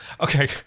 Okay